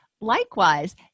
Likewise